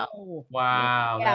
ah wow. wow.